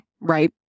Right